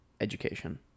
education